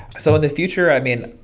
so the future, i mean,